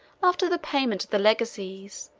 after the payment of the legacies,